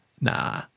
Nah